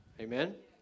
Amen